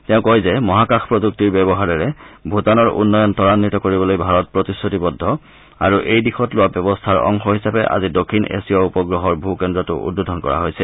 তেওঁ কয় যে মহাকাশ প্ৰযুক্তিৰ ব্যৱহাৰেৰে ভূটানৰ উন্নয়ন ত্বাঘিত কৰিবলৈ ভাৰত প্ৰতিশ্ৰতিবদ্ধ আৰু এই দিশত লোৱা ব্যৱস্থাৰ অংশ হিচাপে আজি দক্ষিণ এছীয় উপগ্ৰহৰ ভূ কেন্দ্ৰটো উদ্বোধন কৰা হৈছে